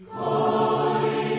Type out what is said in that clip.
holy